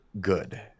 good